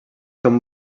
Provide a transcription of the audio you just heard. són